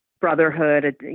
brotherhood